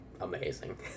Amazing